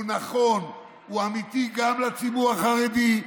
הוא נכון, הוא אמיתי, גם לציבור החרדי,